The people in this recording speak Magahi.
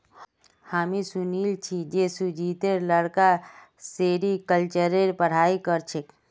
हामी सुनिल छि जे सुजीतेर लड़का सेरीकल्चरेर पढ़ाई कर छेक